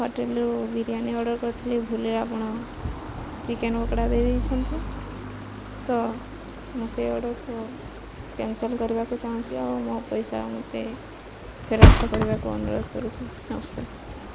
ହୋଟେଲରୁ ବିରିୟାନୀ ଅର୍ଡ଼ର୍ କରିଥିଲି ଭୁଲରେ ଆପଣ ଚିକେନ ପକୋଡ଼ା ଦେଇ ଦେଇଛନ୍ତି ତ ମୁଁ ସେଇ ଅର୍ଡ଼ର୍କୁ କ୍ୟାନସଲ୍ କରିବାକୁ ଚାହୁଁଛି ଆଉ ମୋ ପଇସା ମୋତେ ଫେରସ୍ତ କରିବାକୁ ଅନୁରୋଧ କରୁଛି ନମସ୍କାର